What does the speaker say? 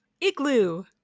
Igloo